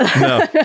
No